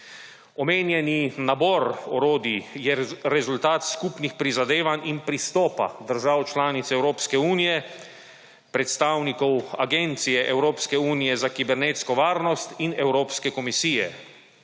Omenjeni nabor orodij je rezultat skupnih prizadevanj in pristopa držav članic Evropske unije, predstavnikov Agencije Evropske unije za kibernetsko varnost in Evropske komisije.